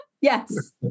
Yes